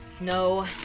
No